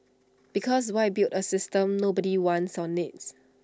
because why build A system nobody wants or needs